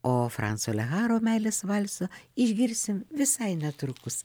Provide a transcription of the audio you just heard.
o franco leharo meilės valsą išgirsim visai netrukus